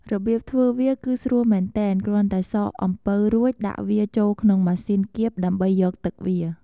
របៀបធ្វើវាគឺស្រួលមែនទែន គ្រាន់តែសកអំពៅរួចដាក់វាចូលក្នុងម៉ាសុីនគៀបដើម្បីយកទឹកវា។